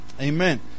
Amen